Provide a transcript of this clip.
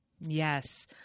Yes